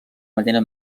manera